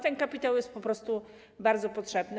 Ten kapitał jest po prostu bardzo potrzebny.